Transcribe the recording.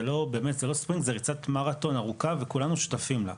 זה לא ספרינט זה ריצת מרתון ארוכה וכולנו שותפים לה.